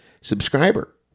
subscriber